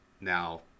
Now